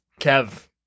Kev